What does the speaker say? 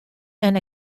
and